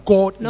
God